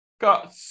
got